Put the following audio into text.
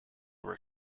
were